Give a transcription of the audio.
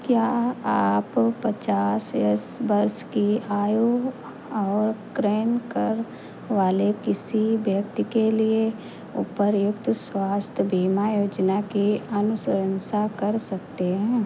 क्या आप पचास एस वर्ष की आयु और क्रेेनकर वाले किसी व्यक्ति के लिए उपर्युक्त स्वास्थ बीमा योजना की अनुशंसा कर सकते हैं